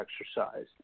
exercise